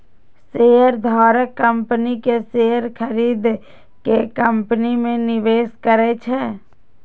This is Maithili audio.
शेयरधारक कंपनी के शेयर खरीद के कंपनी मे निवेश करै छै